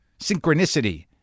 Synchronicity